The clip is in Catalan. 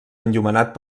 enllumenat